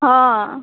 हँ